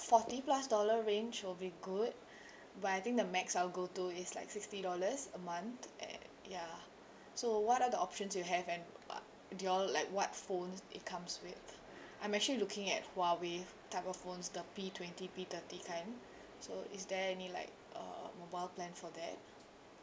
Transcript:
forty plus dollar range will be good but I think the max I'll go to is like sixty dollars a month and ya so what are the options you have and uh do you all like what phones it comes with I'm actually looking at huawei type of phones the P twenty P thirty kind so is there any like uh mobile plan for that